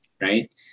right